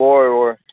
हय हय